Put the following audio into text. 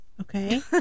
okay